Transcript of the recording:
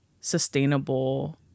sustainable